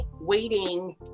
waiting